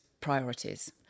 priorities